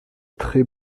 très